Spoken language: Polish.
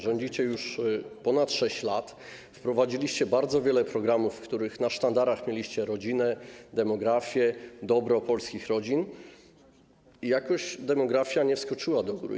Rządzicie już ponad 6 lat, wprowadziliście bardzo wiele programów, w ramach których na sztandarach mieliście rodzinę, demografię, dobro polskich rodzin, a jakoś demografia nie skoczyła do góry.